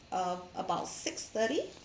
uh about six thirty